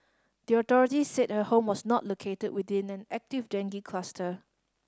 the authorities said her home was not located within an active dengue cluster